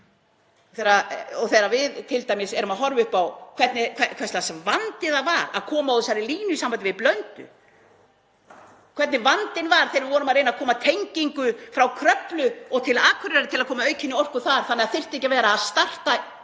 þegar við vorum t.d. að horfa upp á það hvers lags vandi það var að koma á þessari línu í sambandi við Blöndu, hvernig vandinn var þegar við vorum að reyna að koma tengingu frá Kröflu og til Akureyrar til að koma á aukinni orku þar þannig að það þyrfti ekki að vera að starta